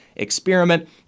experiment